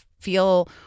feel